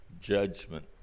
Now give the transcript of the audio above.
judgment